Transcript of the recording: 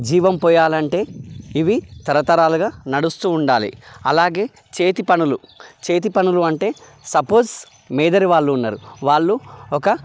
జీవం పొయ్యాలంటే ఇవి తరతరాలుగా నడుస్తూ ఉండాలి అలాగే చేతి పనులు చేతి పనులు అంటే సపోస్ మేదరి వాళ్ళు ఉన్నారు వాళ్ళు ఒక